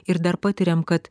ir dar patiriam kad